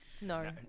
No